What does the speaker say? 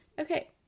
Okay